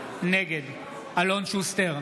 נגד אלון שוסטר,